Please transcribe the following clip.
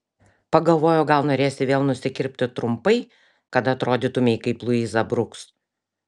pagalvojau gal norėsi vėl nusikirpti trumpai kad atrodytumei kaip luiza bruks